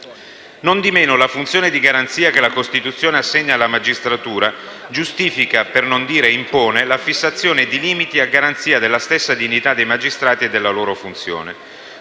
Nondimeno, la funzione di garanzia che la Costituzione assegna alla magistratura giustifica, per non dire impone, la fissazione di limiti a garanzia della stessa dignità dei magistrati e della loro funzione.